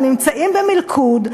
הם נמצאים במלכוד,